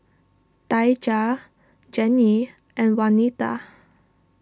Daija Gennie and Wanita